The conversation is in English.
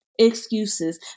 Excuses